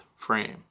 frame